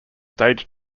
stage